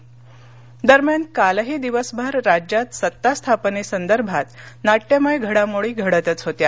अजित पवार दरम्यान कालही दिवसभर राज्यात सत्ता स्थापनेसंदर्भात नाट्यमय घडामोडी घडतच होत्या